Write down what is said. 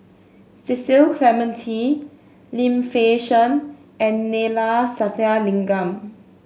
Cecil Clementi Lim Fei Shen and Neila Sathyalingam